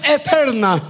eterna